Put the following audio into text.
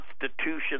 Constitution